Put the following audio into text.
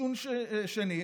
חיסון שני,